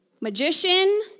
magician